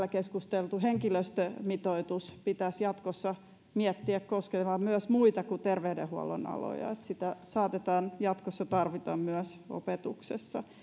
täällä keskusteltu henkilöstömitoitus pitäisi jatkossa miettiä koskemaan myös muita kuin terveydenhuollon aloja sitä saatetaan jatkossa tarvita myös opetuksessa